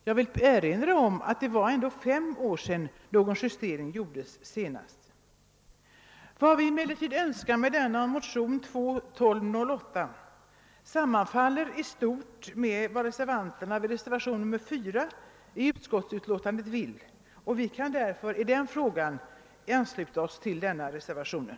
Jag vill erinra om vad jag tidigare sade att det var fem år sedan någon justering senast gjordes. Vad vi syftar till med vår motion II: 1208 sammanfaller i stort sett med kraven i reservationen 4 vid andra lagutskottets utlåtande nr 40. Vi kan därför i denna fråga ansluta oss till den nämnda reservationen.